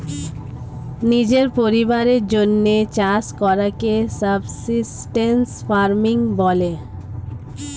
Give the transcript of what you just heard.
নিজের পরিবারের জন্যে চাষ করাকে সাবসিস্টেন্স ফার্মিং বলে